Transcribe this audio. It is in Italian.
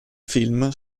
film